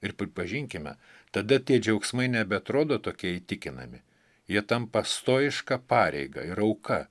ir pripažinkime tada tie džiaugsmai nebeatrodo tokie įtikinami jie tampa stojiška pareiga ir auka